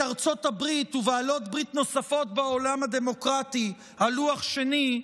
ארצות הברית ובעלות ברית נוספות בעולם הדמוקרטי על לוח שני,